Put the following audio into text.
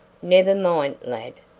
never mind, lad,